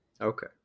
okay